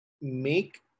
make